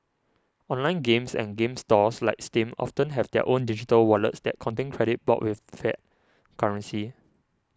online games and game stores like Steam often have their own digital wallets that contain credit bought with fiat currency